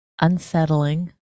unsettling